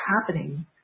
happening